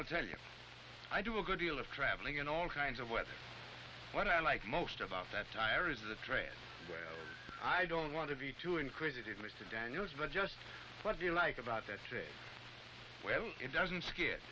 i'll tell you i do a good deal of traveling in all kinds of weather what i like most about that tire is a trail i don't want to be too inquisitive mr daniels but just what you like about that trip well it doesn't scare